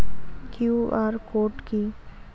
QR code কি?